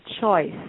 choice